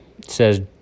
says